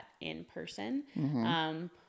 in-person